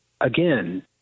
again